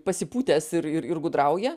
pasipūtęs ir ir ir gudrauja